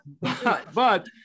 But-